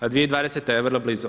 A 2020. je vrlo blizu.